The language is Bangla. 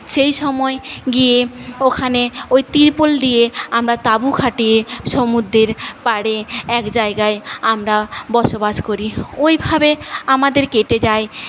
সেই সময়ে গিয়ে ওখানে ওই তিরপল দিয়ে আমরা তাঁবু খাটিয়ে সমুদ্রের পাড়ে এক জায়গায় আমরা বসবাস করি ওইভাবে আমাদের কেটে যায়